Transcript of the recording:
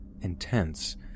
intense